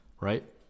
right